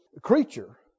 creature